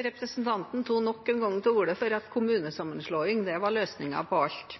Representanten tok nok en gang til orde for at kommunesammenslåing var løsningen på alt.